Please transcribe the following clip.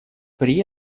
при